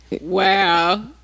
Wow